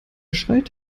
schreit